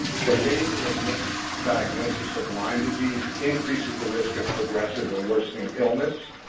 delayed or missed diagnosis of lyme disease increases the risk of progressive or worsening illness,